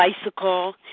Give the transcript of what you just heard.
bicycle